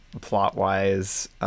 plot-wise